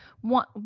one